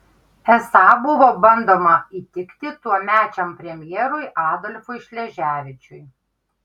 esą buvo bandoma įtikti tuomečiam premjerui adolfui šleževičiui